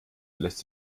lässt